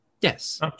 Yes